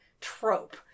trope